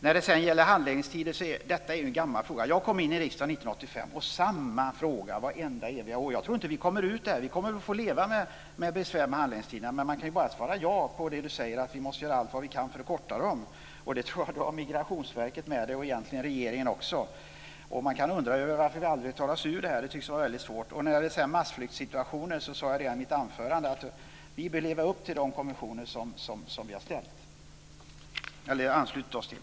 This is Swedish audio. När det sedan gäller handläggningstider är ju detta en gammal fråga. Jag kom in i riksdagen 1985, och det är samma fråga vartenda eviga år. Jag tror inte att vi kommer ur det här. Vi kommer att få leva med besvär med handläggningstiderna. Men man kan bara svara ja på det Johan Pehrson säger, dvs. att vi måste göra allt vi kan för att korta dem. Där tror jag att han har Migrationsverket med sig och egentligen regeringen också. Man kan undra varför vi aldrig tar oss ur det här. Det tycks vara väldigt svårt. När det gäller massflyktssituationer sade jag i mitt anförande att vi bör leva upp till de konventioner som vi har anslutit oss till.